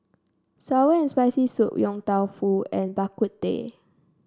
sour and Spicy Soup Yong Tau Foo and Bak Kut Teh